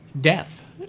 death